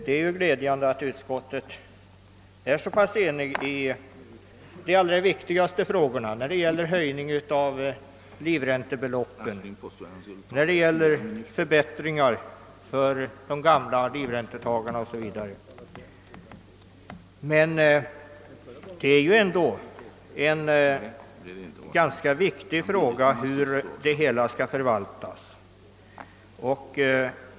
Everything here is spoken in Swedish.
Det är glädjande att utskottet är så enigt i de allra viktigaste frågorna — höjning av livräntebeloppen, förbättringar för de gamla livräntetagarna o.s. v. Frågan om hur det hela skall förvaltas är emellertid också ganska viktig.